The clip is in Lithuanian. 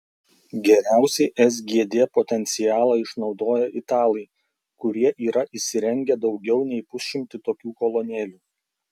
geriausiai sgd potencialą išnaudoja italai kurie yra įsirengę daugiau nei pusšimtį tokių kolonėlių